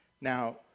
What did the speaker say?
Now